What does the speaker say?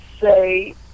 say